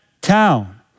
town